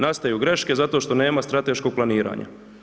Nastaju greške zato što nema strateškog planiranja.